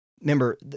remember